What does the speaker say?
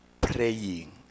praying